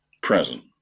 present